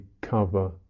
cover